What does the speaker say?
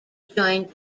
joined